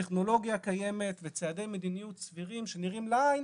הטכנולוגיה הקיימת וצעדי מדיניות סבירים שנראים לעין,